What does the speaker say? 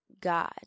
God